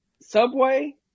Subway